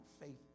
Faith